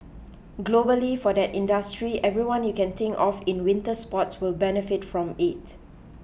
globally for that industry everyone you can think of in winter sports will benefit from it